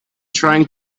trying